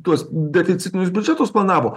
tuos deficitinius biudžetus planavo